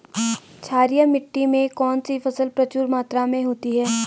क्षारीय मिट्टी में कौन सी फसल प्रचुर मात्रा में होती है?